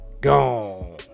Gone